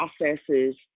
processes